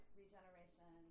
regeneration